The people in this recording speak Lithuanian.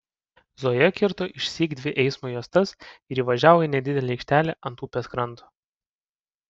zoja kirto išsyk dvi eismo juostas ir įvažiavo į nedidelę aikštelę ant upės kranto